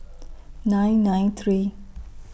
nine nine three